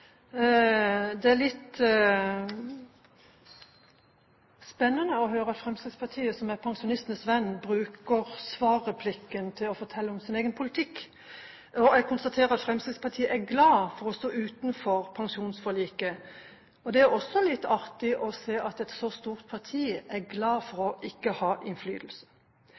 Det er litt spennende å høre Fremskrittspartiet, som er pensjonistenes venn, bruke svarreplikken til å fortelle om sin egen politikk. Jeg konstaterer at Fremskrittspartiet er glad for å stå utenfor pensjonsforliket. Det er også litt artig å se at et så stort parti er glad for ikke å ha innflytelse.